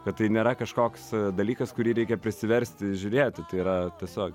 kad tai nėra kažkoks dalykas kurį reikia prisiversti žiūrėti tai yra tiesiog